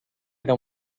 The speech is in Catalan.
era